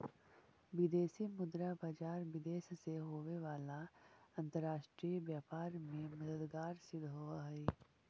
विदेशी मुद्रा बाजार विदेश से होवे वाला अंतरराष्ट्रीय व्यापार में मददगार सिद्ध होवऽ हइ